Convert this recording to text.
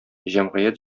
җәмгыять